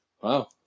wow